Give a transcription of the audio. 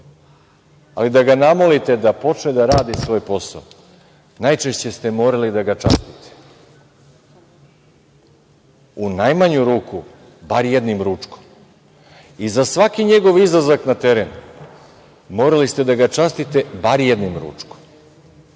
Ali, da ga namolite da počne da radi svoj posao, najčešće ste morali da ga častite, u najmanju ruku bar jednim ručkom. Za svaki njegov izlazak na teren morali ste da ga častite bar jednom ručkom,